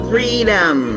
Freedom